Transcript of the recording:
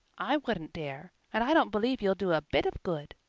i wouldn't dare and i don't believe you'll do a bit of good.